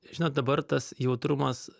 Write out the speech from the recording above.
žinot dabar tas jautrumas